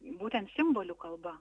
būtent simbolių kalba